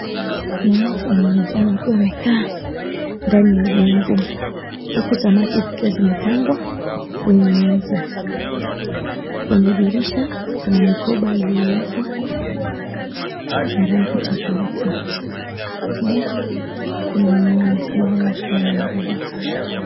Kuna watu wanaonekana wakiwa wamekaa ndani ya jengo huku samaki zikiwa zimepangwa kwenye meza kwenye dirisha kuna mikoba iliyowekwa ya rangi tofauti pia kuna wenye wamesimama wakiwa wanaangalia.